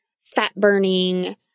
fat-burning